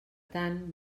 tant